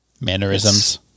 Mannerisms